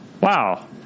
wow